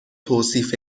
توصیف